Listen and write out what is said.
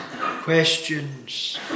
questions